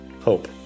hope